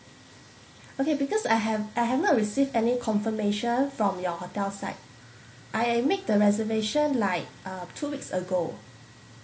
okay because I have I have not received any confirmation from your hotel side I made the reservation like uh two weeks ago